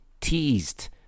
teased